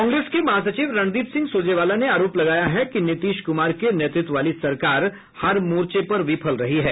कांग्रेस के महासचिव रणदीप सिंह सुरजेवाला ने आरोप लगाया है कि नीतीश कुमार के नेतृत्व वाली सरकार हर मोर्चे पर विफल रही है